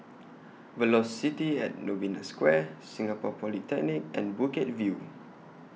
Velocity At Novena Square Singapore Polytechnic and Bukit View